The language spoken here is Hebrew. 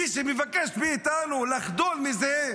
מי שמבקש מאתנו לחדול מזה,